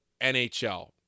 NHL